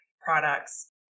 products